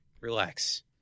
relax